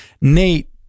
Nate